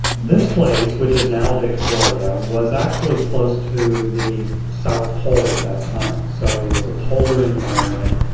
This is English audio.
this place, which is now victoria, was actually close to the south pole at that time, so it was a polar environment,